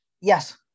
Yes